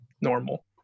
normal